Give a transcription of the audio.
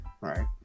right